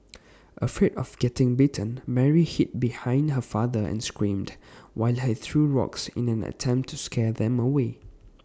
afraid of getting bitten Mary hid behind her father and screamed while he threw rocks in an attempt to scare them away